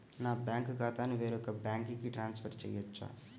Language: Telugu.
నా బ్యాంక్ ఖాతాని వేరొక బ్యాంక్కి ట్రాన్స్ఫర్ చేయొచ్చా?